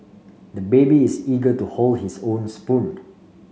the baby is eager to hold his own spoon